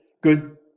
good